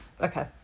okay